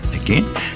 Again